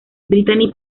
brittany